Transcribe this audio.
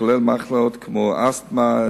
כולל מחלות כמו אסתמה,